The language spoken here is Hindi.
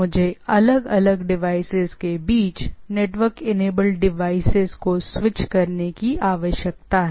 मुझे अलग अलग डिवाइसेज के बीच नेटवर्क इनेबल्ड डिवाइसेज को स्विच करने की आवश्यकता है